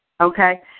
Okay